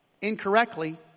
incorrectly